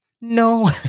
No